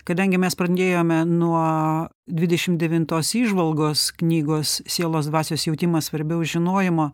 kadangi mes pradėjome nuo dvidešim devintos įžvalgos knygos sielos dvasios jautimas svarbiau žinojimo